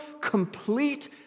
complete